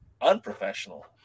unprofessional